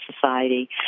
society